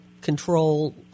control